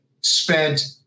spent